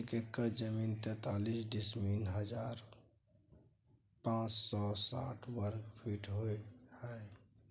एक एकड़ जमीन तैंतालीस हजार पांच सौ साठ वर्ग फुट होय हय